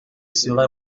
sera